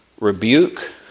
rebuke